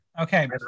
Okay